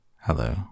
Hello